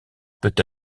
peut